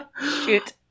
Shoot